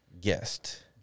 guest